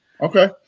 Okay